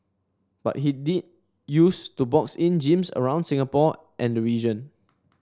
but he did use to box in gyms around Singapore and the region